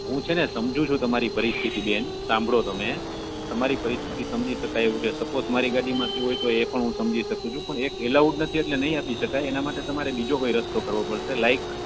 હું છે ને સમજું છું તમારી પરિસ્થિતિ બેન સાંભળો તમે તમારી પરિસ્થિતિ સમજી શકાય એવું છે સપોઝ મારી ગાડીમાં થ્યું હોય તો એ પણ હું સમજી શકું છું પણ એક એલાઉડ નથી એટલે નઈ આપી શકાય એના માટે તમારે બીજો કોઈ રસ્તો કરવો પડશે લાઈક